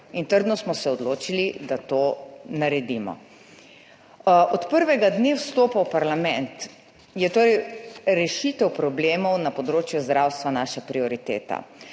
in trdno smo se odločili, da to naredimo. Od prvega dne vstopa v parlament je torej rešitev problemov na področju zdravstva naša prioriteta,